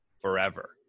forever